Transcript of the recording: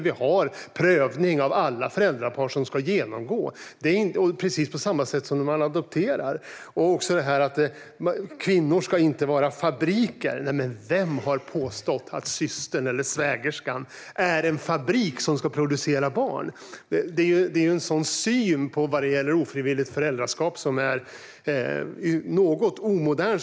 Vi har prövning av alla föräldrapar som ska genomgå något sådant, på precis samma sätt som när man adopterar. Sverigedemokraterna säger också att kvinnor inte ska vara fabriker. Vem har påstått att systern eller svägerskan är en fabrik som ska producera barn? Det är en syn vad gäller ofrivilligt föräldraskap som är något omodern.